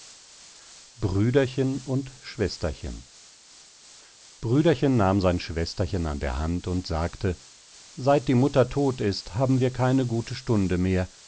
brüderchen und schwesterchen brüderchen nahm sein schwesterchen an der hand und sagte seit die mutter todt ist haben wir keine gute stunde mehr